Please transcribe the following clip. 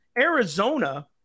Arizona